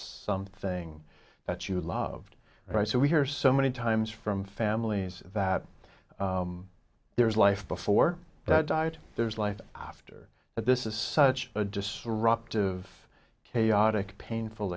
something that you loved right so we hear so many times from families that there is life before that diet there's life after that this is such a disruptive chaotic painful